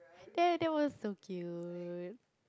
that that was so cute